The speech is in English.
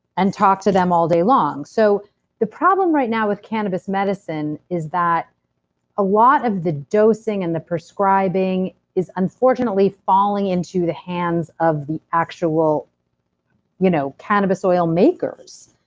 and talk to them all day long. so the problem right now with cannabis medicine is that a lot of the dosing and the prescribing is unfortunately, falling into the hands of the actual you know cannabis oil makers.